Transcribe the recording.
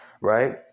Right